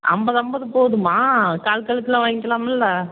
ஐம்பது ஐம்பது போதுமா கால் கால் கிலோ வாங்கிக்கிலாம்லே